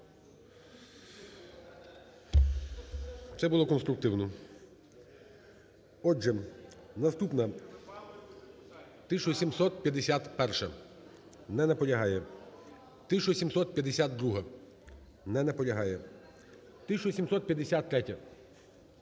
Це було конструктивно. Отже, наступна -1751-а. Не наполягає. 1752-а. Не наполягає. 1753-я. Не наполягає.